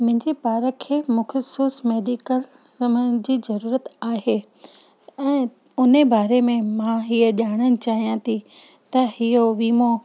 मुंहिंजे ॿार खे मख़सूस मेडिकल सामान जी ज़रूरत आहे ऐं हुन बारे में मां इहा ॼाणणु चाहियां थी त इहो वीमो